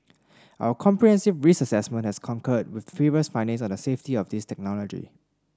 our comprehensive risk assessment has concurred with previous findings on the safety of this technology